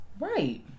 Right